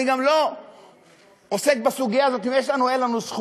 אני גם לא עוסק בסוגיה אם יש לנו או אין